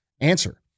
answer